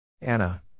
Anna